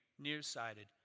nearsighted